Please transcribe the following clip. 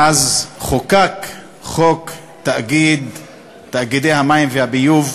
מאז חוקק חוק תאגידי מים וביוב,